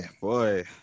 boy